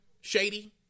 Shady